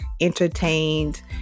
entertained